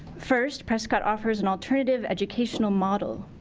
first, prescott offers an alternative educational model.